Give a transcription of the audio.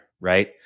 right